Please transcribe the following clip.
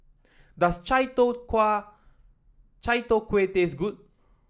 does Chai Tow Chai Tow Kuay taste good